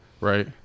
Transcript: Right